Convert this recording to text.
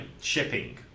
shipping